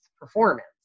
performance